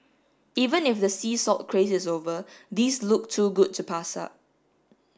even if the sea salt craze is over these look too good to pass up